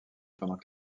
pendant